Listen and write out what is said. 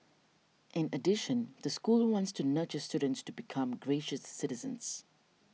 in addition the school wants to nurture students to become gracious citizens